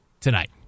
tonight